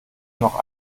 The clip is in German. noch